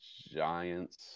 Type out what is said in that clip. Giants